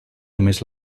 només